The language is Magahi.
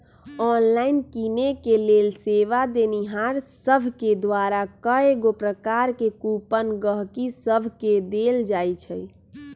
ऑनलाइन किनेके लेल सेवा देनिहार सभके द्वारा कएगो प्रकार के कूपन गहकि सभके देल जाइ छइ